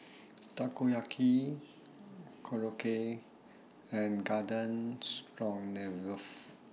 Takoyaki Korokke and Garden Stroganoff